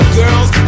girls